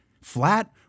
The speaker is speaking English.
flat